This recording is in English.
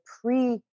pre